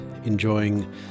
enjoying